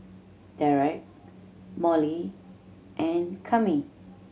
Derrek Molly and Kami